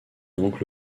donc